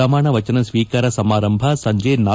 ಪ್ರಮಾಣ ವಚನ ಸ್ನೀಕಾರ ಸಮಾರಂಭ ಸಂಜೆ ಳ